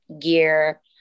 gear